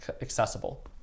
accessible